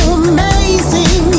amazing